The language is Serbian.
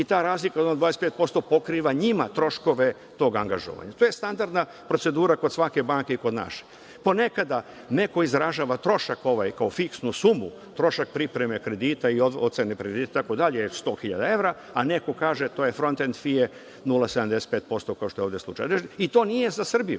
i ta razlika od 25% pokriva njima troškove angažovanja. To je standardna procedura kod svake banke i kod naše. Ponekada neko izražava trošak ovaj kao fiksnu sumu, trošak pripreme kredita i ocene kredita itd, od 100 hiljada evra, a neko kaže to je „front and fee“ 0,75% kao što je ovde slučaj, i to nije za Srbiju,